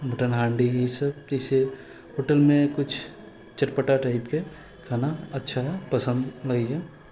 mutton हाँडी ई सब जे छै होटेलमे किछु चटपटा टाइपके खाना अच्छा पसन्द अबैए